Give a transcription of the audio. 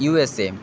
USA